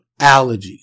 allergies